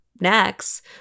Next